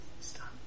stop